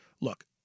Look